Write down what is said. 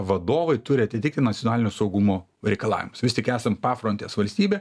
vadovai turi atitikti nacionalinio saugumo reikalavimus vis tik esam pafrontės valstybė